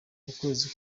ukwezi